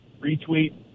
retweet